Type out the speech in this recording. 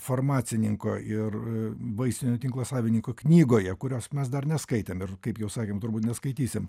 farmacininko ir vaistinių tinklo savininko knygoje kurios mes dar neskaitėm ir kaip jau sakome turbūt neskaitysim